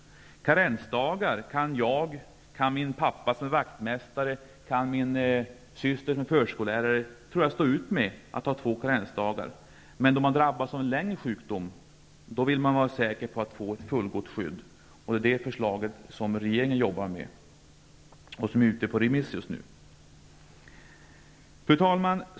Att ha två karensdagar kan nog jag, min pappa som är vaktmästare och min syster som är förskollärare stå ut med. Men om man drabbas av sjukdom under en längre tid vill man vara säker på att man får ett fullgott skydd. Det är ett sådant förslag som regeringen jobbar med och som är ute på remiss just nu. Fru talman!